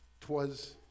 t'was